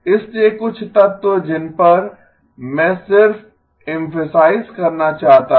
इसलिए कुछ तत्व जिन पर मैं सिर्फ इमफेसाइज करना चाहता था